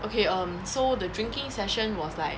okay um so the drinking session was like